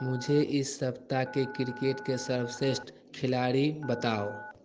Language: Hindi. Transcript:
मुझे इस सप्ताह के क्रिकेट के सर्वश्रेष्ठ खिलाड़ी बताओ